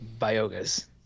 biogas